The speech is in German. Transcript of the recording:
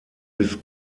bis